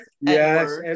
yes